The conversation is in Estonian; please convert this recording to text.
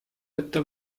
ette